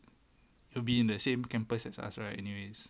she'll be in the same campus as us right anyways